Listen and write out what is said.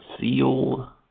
seal